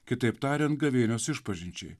kitaip tariant gavėnios išpažinčiai